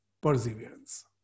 perseverance